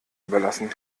überlassen